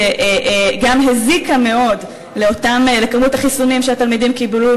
שגם הזיקה מאוד לכמות החיסונים שהתלמידים קיבלו,